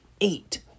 eight